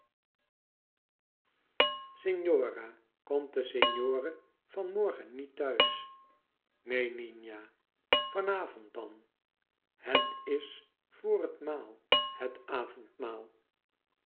signora komt de signore van morgen niet thuis neen nina van avond dan het is voor het maal het avondmaal